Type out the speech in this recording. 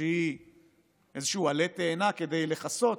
שהיא איזשהו עלה תאנה כדי לכסות